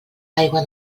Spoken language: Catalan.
aigua